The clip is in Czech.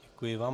Děkuji vám.